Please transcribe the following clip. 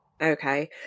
Okay